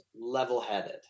level-headed